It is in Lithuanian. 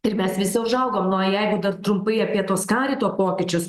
ir mes visi užaugom nu o jeigu dar trumpai apie tuos karito pokyčius